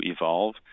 evolve